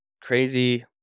crazy